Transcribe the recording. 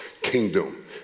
kingdom